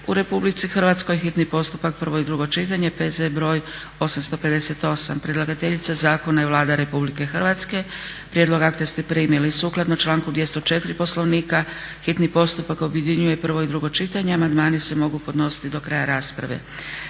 u Republici Hrvatskoj, hitni postupak, prvo i drugo čitanje, P.Z.BR.858. Predlagateljica zakona je Vlada Republike Hrvatske. Prijedlog akata ste primili. Sukladno članku 204. Poslovnika hitni postupak objedinjuje prvo i drugo čitanje. Amandmani se mogu podnositi do kraja rasprave.